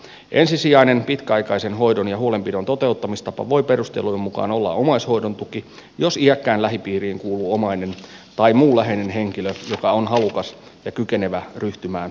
ensisijainen pitkäaikaisen hoidon ja huolenpidon toteuttamistapa voi perustelujen mukaan olla omaishoidon tuki jos iäkkään lähipiiriin kuuluu omainen tai muu läheinen henkilö joka on halukas ja kykenevä ryhtymään omaishoitajaksi